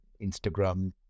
Instagram